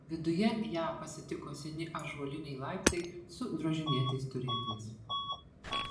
viduje ją pasitiko seni ąžuoliniai laiptai su drožinėtais turėklais